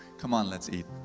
come on, let's eat.